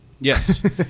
Yes